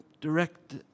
direct